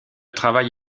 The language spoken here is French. travail